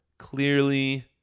Clearly